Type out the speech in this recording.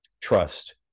trust